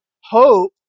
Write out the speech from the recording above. hope